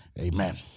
Amen